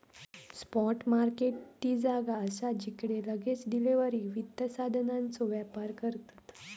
spot market ती जागा असा जिकडे लगेच डिलीवरीक वित्त साधनांचो व्यापार करतत